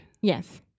Yes